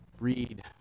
read